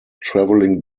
travelling